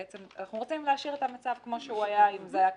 בעצם אנחנו רוצים להשאיר את המצב כמו שהוא היה אם זה היה כסדרו.